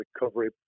recovery